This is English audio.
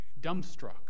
dumbstruck